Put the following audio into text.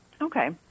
Okay